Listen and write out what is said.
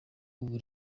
ubu